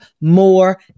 more